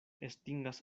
estingas